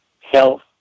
health